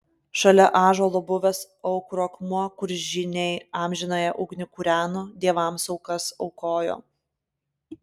šalia ąžuolo buvęs aukuro akmuo kur žyniai amžinąją ugnį kūreno dievams aukas aukojo